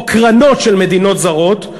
או קרנות של מדינות זרות,